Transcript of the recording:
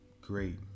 great